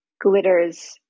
glitters